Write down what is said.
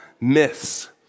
Myths